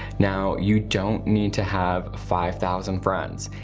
now you don't need to have five thousand friends.